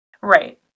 Right